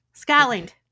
Scotland